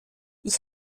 ich